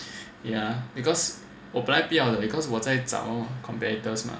ya because 我本来不要的 because 我在找 competitors mah